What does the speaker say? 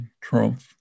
Trump